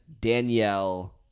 Danielle